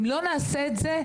אם לא נעשה את זה,